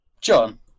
John